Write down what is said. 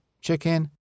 Chicken